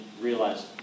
realized